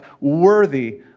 worthy